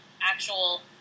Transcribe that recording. actual